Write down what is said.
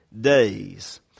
days